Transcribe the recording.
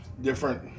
different